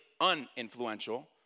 uninfluential